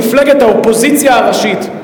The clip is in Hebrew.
מפלגת האופוזיציה הראשית,